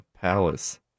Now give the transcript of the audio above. palace